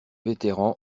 vétéran